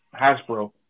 Hasbro